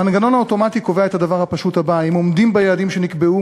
המנגנון האוטומטי קובע את הדבר הפשוט הבא: אם עומדים ביעדים שנקבעו,